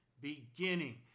beginning